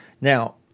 Now